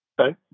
Okay